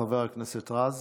חבר הכנסת רז.